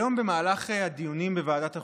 היום במהלך הדיונים בוועדת החוקה,